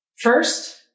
First